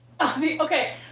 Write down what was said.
Okay